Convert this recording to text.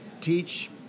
teach